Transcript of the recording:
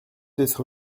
être